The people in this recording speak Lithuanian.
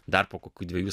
dar po kokių dvejų